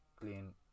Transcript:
clean